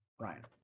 Ryan